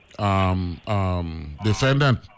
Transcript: Defendant